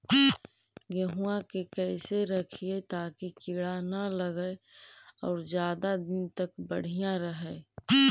गेहुआ के कैसे रखिये ताकी कीड़ा न लगै और ज्यादा दिन तक बढ़िया रहै?